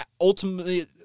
ultimately